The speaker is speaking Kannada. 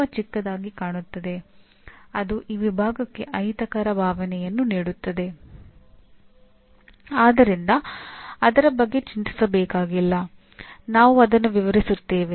ಇವು ಉತ್ತಮವಾಗಿ ವ್ಯಾಖ್ಯಾನಿಸಲಾದ ಪ್ರಕ್ರಿಯೆಯನ್ನು ಅನುಸರಿಸಿ ಮತ್ತು ಎಷ್ಟರ ಮಟ್ಟಿಗೆ ಮಾನದಂಡಗಳನ್ನು ಸಾಧಿಸಲಾಗಿದೆ ಎಂಬುದನ್ನು ಸಂಖ್ಯೆಗಳ ಸರಣಿಯಾಗಿ ಭಾಷಾಂತರಿಸುವುದು